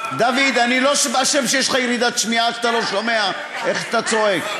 אני לא אשם שיש לך ירידת שמיעה ואתה לא שומע איך אתה צועק.